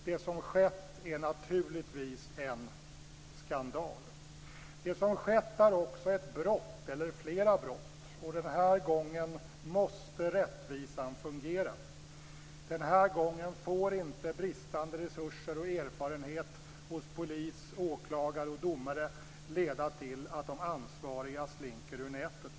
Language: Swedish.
Det som skett är naturligtvis en skandal. Det som skett är också ett brott, eller flera brott. Den här gången måste rättvisan fungera. Den här gången får inte bristande resurser och erfarenhet hos polis, åklagare och domare leda till att de ansvariga slinker ur nätet.